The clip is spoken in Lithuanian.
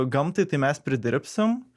gamtai tai mes pridirbsim